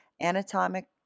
anatomic